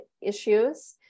issues